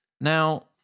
Now